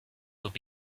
would